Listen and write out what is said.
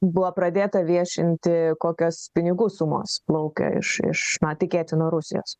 buvo pradėta viešinti kokios pinigų sumos plaukia iš iš na tikėtina rusijos